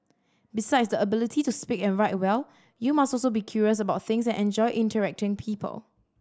besides the ability to speak and write well you must also be curious about things and enjoy interacting people